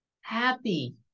happy